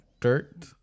dirt